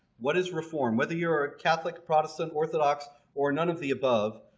what is reform? whether you're a catholic, protestant, orthodox or none of the above,